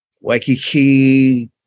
Waikiki